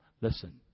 listen